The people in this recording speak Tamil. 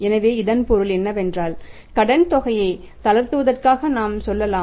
எனவே இதன் பொருள் என்னவென்றால் கடன் கொள்கையை தளர்த்துவதற்காக நாம் செல்லலாம்